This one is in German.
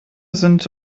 sind